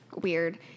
weird